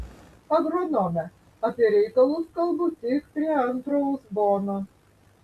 agronome apie reikalus kalbu tik prie antro uzbono